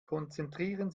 konzentrieren